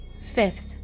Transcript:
Fifth